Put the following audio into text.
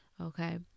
okay